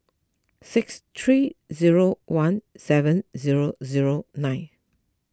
six three zero one seven zero zero nine